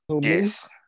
Yes